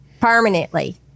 permanently